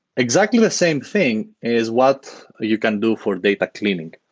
exactly the same thing is what you can do for data cleaning.